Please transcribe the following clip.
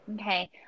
Okay